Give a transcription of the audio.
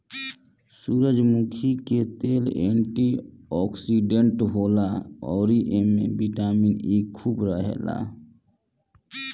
सूरजमुखी के तेल एंटी ओक्सिडेंट होला अउरी एमे बिटामिन इ खूब रहेला